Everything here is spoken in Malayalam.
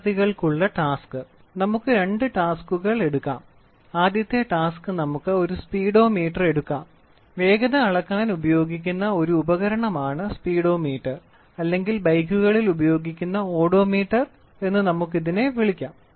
വിദ്യാർത്ഥികൾക്കുള്ള ടാസ്ക് നമുക്ക് രണ്ട് ടാസ്ക്കുകൾ എടുക്കാം ആദ്യത്തെ ടാസ്ക് നമുക്ക് ഒരു സ്പീഡോമീറ്റർ എടുക്കാം വേഗത അളക്കാൻ ഉപയോഗിക്കുന്ന ഒരു ഉപകരണമാണ് സ്പീഡോമീറ്റർ അല്ലെങ്കിൽ ബൈക്കുകളിൽ ഉപയോഗിക്കുന്ന ഓഡോമീറ്റർ എന്ന് നമുക്ക് ഇതിനെ വിളിക്കാം